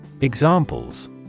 Examples